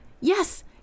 Yes